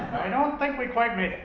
i don't think we quite made it.